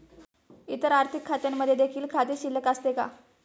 इतर आर्थिक खात्यांमध्ये देखील खाते शिल्लक असते का?